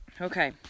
Okay